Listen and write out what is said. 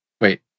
Wait